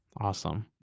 Awesome